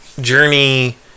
journey